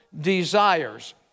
desires